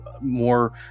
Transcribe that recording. more